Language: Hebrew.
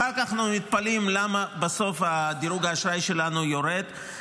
אחר כך אנו מתפלאים למה בסוף דירוג האשראי שלנו יורד.